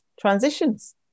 transitions